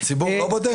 הציבור לא בודק?